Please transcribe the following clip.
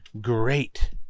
great